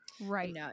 Right